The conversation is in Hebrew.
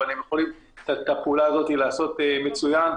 אבל הם יכולים את הפעולה הזאת לעשות מצוין,